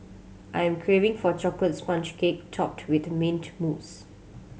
I am craving for a chocolate sponge cake topped with mint mousse